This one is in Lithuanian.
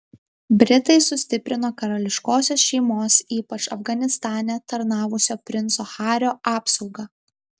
britai sustiprino karališkosios šeimos ypač afganistane tarnavusio princo hario apsaugą